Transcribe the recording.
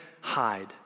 hide